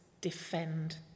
defend